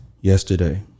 yesterday